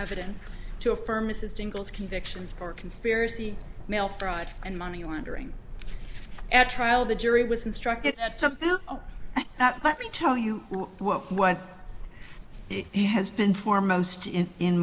evidence to affirm mrs jingles convictions for conspiracy mail fraud and money laundering at trial the jury was instructed to let me tell you what it has been foremost in in